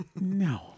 No